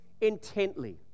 intently